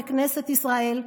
בכנסת ישראל,